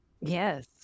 Yes